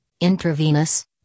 intravenous